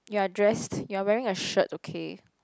you're dressed you're wearing a shirt okay